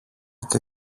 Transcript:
και